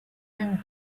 and